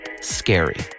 scary